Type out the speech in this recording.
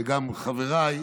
וגם חבריי,